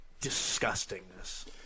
disgustingness